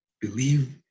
believe